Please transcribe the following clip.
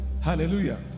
Hallelujah